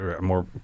more